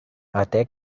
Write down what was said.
até